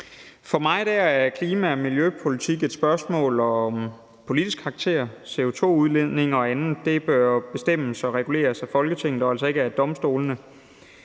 For mig er klima- og miljøpolitik et spørgsmål om politisk karakter. CO2-udledning og andet bør bestemmes og reguleres af Folketinget og altså ikke af domstolene.